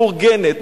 מאורגנת,